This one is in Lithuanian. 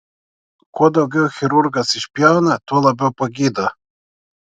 kuo daugiau chirurgas išpjauna tuo labiau pagydo